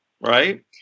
right